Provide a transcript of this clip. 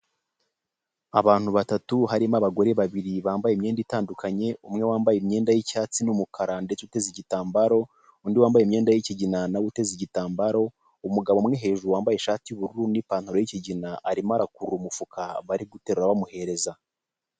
Abantu batatu harimo abagore babiri bambaye imyenda itandukanye, umwe wambaye imyenda y'icyatsi n'umukara ndetse uteze igitambaro, undi wambaye imyenda y'ikigina na we uteze igitambaro, umugabo umwe hejuru wambaye ishati y'ubururu n'ipantaro y'ikigina arimo arakurura umufuka bari guterura bamuhereza.